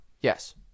Yes